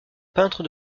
peintre